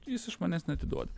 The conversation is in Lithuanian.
jis iš manęs neatiduoti